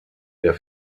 der